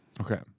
Okay